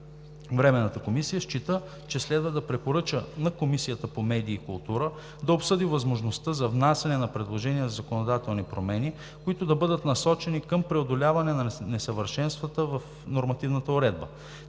Временната комисия счита, че следва да препоръча на Комисията по културата и медиите да обсъди възможността за внасяне на предложения за законодателни промени, които да бъдат насочени към преодоляване на несъвършенства в нормативната уредба.